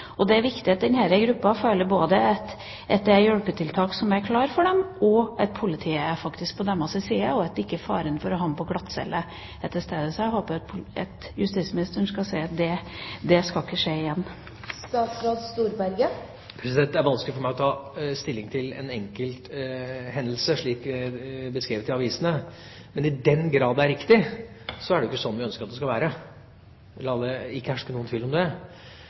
og på innemarkedet. Det er viktig at denne gruppen både føler at det er hjelpetiltak klare for dem, og at politiet faktisk er på deres side, og at ikke faren for å havne på glattcelle er til stede. Så jeg håper at justisministeren vil si at det ikke skal skje igjen. Det er vanskelig for meg å ta stilling til én enkelt hendelse, slik det er beskrevet i avisene, men i den grad det er riktig, så er det jo ikke sånn vi ønsker at det skal være, la det ikke herske noen tvil om det.